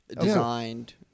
designed